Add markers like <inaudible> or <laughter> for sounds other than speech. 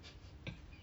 <breath> <coughs>